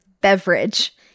beverage